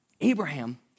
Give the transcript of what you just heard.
Abraham